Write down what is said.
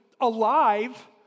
alive